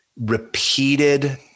Repeated